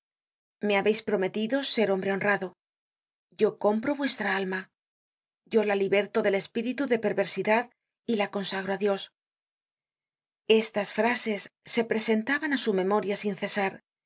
me habeis prometido ser hombre honrado yo compro vuestra alma yo la liberto del espíritu de perversidad y la consagro á dios estas frases se presentaban á su memoria sin cesar